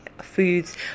foods